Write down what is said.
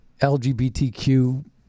LGBTQ